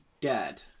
dead